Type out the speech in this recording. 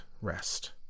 rest